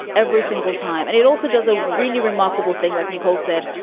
every single time. and it also does a really remarkable thing. like nicole said,